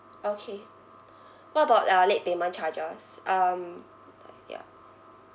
okay what about uh late payment charges um ah ya